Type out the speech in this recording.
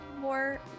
more